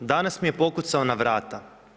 Danas mi je pokucao na vrata.